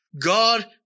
God